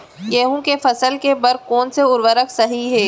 गेहूँ के फसल के बर कोन से उर्वरक सही है?